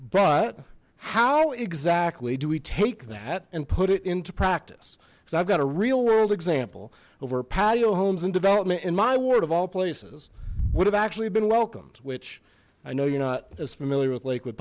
but how exactly do we take that and put it into practice so i've got a real world example over patio homes and development in my ward of all places would have actually been welcomed which i know you're not as familiar with lake